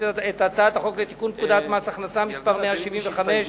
את הצעת החוק לתיקון פקודת מס הכנסה (מס' 175),